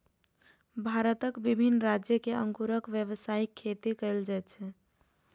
भारतक विभिन्न राज्य मे अंगूरक व्यावसायिक खेती कैल जाइ छै